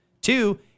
Two